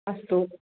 अस्तु